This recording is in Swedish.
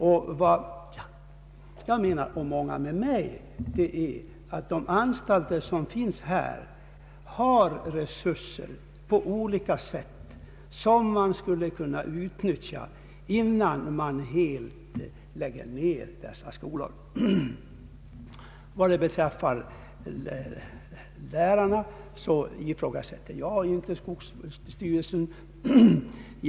Vad jag menar och många med mig är att de anstalter som finns här har olika resurser, som man skulle kunna utnyttja innan man helt lägger ned dessa skolor. Vad beträffar lärarna ifrågasätter jag inte skogsstyrelsens uppgifter.